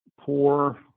poor